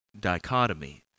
dichotomy